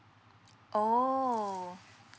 oh